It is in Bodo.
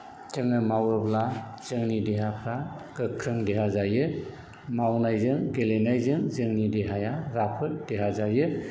जोङो मावोब्ला जोंनि देहाफ्रा गोख्रों देहा जायो मावनायजों गेलेनायजों जोंनि देहाया राफोद देहा जायो